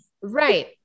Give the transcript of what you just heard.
Right